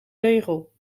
regel